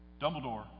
Dumbledore